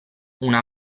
una